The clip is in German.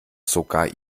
sogar